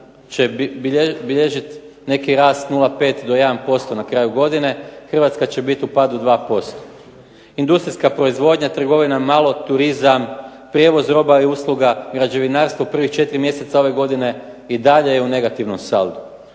unija će bilježit neki rast 0,5 do 1% na kraju godine. Hrvatska će biti u padu 2%. Industrijska proizvodnja, trgovina na malo, turizam, prijevoz roba i usluga, građevinarstvo u prvih 4 mjeseca ove godine i dalje je u negativnom saldu.